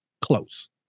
Close